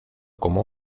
como